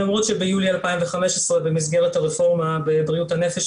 למרות שביולי 2015 במסגרת הרפורמה בבריאות הנפש,